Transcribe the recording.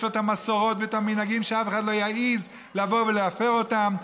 יש את המסורות והמנהגים שאף אחד לא יעז לבוא ולהפר אותם,